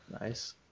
Nice